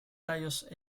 tallos